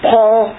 Paul